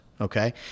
Okay